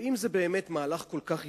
ואם זה באמת מהלך כל כך היסטורי,